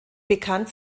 bekannt